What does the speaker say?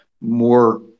more